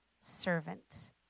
servant